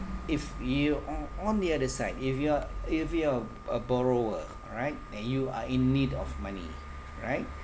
if you are on the other side if you're if you're a borrower right then you are in need of money right